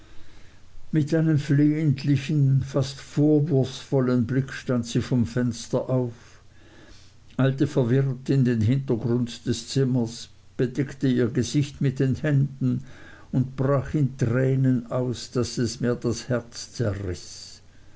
mit einem flehentlichen fast vorwurfsvollen blick stand sie vom fenster auf eilte verwirrt in den hintergrund des zimmers bedeckte ihr gesicht mit den händen und brach in tränen aus daß es mir das herz